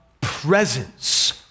presence